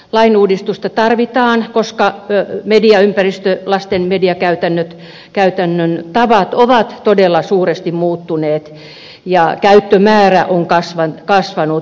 lain uudistusta tarvitaan koska mediaympäristö lasten mediakäytännön tavat ovat todella suuresti muuttuneet ja käyttömäärä on kasvanut